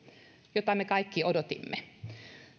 mitä me kaikki odotimme